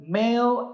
male